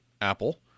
Apple